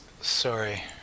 Sorry